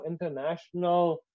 International